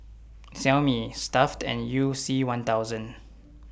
Xiaomi Stuff'd and YOU C one thousand